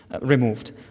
removed